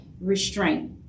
restraint